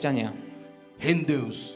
Hindus